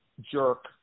jerk